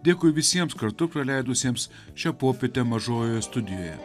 dėkui visiems kartu praleidusiems šią popietę mažojoje studijoje